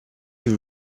you